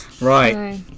Right